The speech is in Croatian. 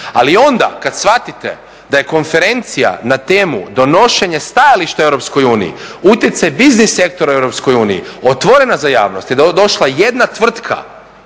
Ali onda kad shvatite da je konferencija na temu donošenje stajališta u EU utjecaj biznis sektora u EU otvorena za javnost i došla jedna tvrtka,